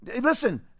Listen